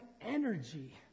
energy